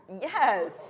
Yes